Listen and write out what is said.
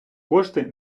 кошти